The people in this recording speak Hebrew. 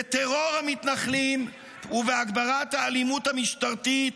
בטרור המתנחלים ובהגברת האלימות המשטרתית